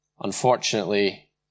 Unfortunately